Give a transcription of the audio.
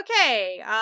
okay